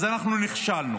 אז אנחנו נכשלנו.